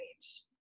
age